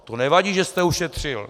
To nevadí, že jste ušetřil.